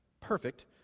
perfect